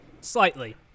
slightly